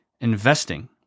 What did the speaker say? investing